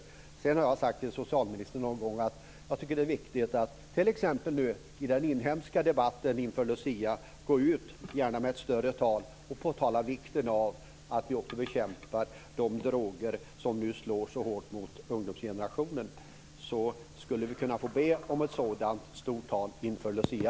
Någon gång har jag sagt till socialministern att jag tycker att det är viktigt att vi i den inhemska debatten inför Lucia påtalar vikten av att bekämpa de droger som nu slår så hårt mot ungdomsgenerationen. Kan vi få be om ett sådant stort tal inför Lucia?